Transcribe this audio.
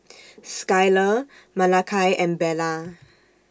Skyler Malakai and Bella